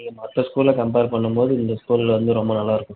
நீங்கள் மற்ற ஸ்கூலை கம்பேர் பண்ணும்போது இந்த ஸ்கூலில் வந்து ரொம்ப நல்லாயிருக்கும்